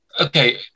Okay